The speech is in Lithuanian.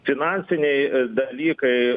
finansiniai dalykai